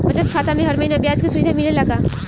बचत खाता में हर महिना ब्याज के सुविधा मिलेला का?